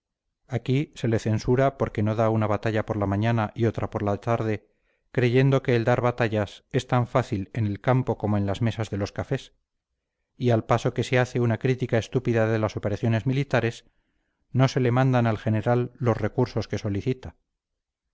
aquí se le censura porque no da una batalla por la mañana y otra por la tarde creyendo que el dar batallas es tan fácil en el campo como en las mesas de los cafés y al paso que se hace una crítica estúpida de las operaciones militares no se le mandan al general los recursos que solicita